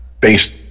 based